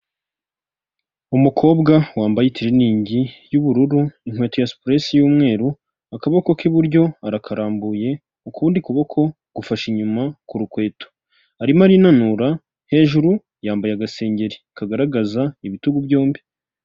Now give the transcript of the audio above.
Umukobwa wambaye itiriningi y'ubururu, inkweto ya supuresi y'umweru, akaboko k'iburyo arakarambuye, ukundi kuboko gufashe inyuma ku rukweto. Arimo arinanura, hejuru yambaye agasengeri kagaragaza ibitugu byombi.